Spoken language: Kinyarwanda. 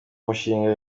umushinga